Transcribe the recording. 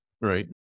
right